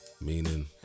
Meaning